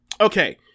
Okay